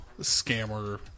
scammer